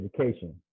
education